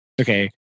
Okay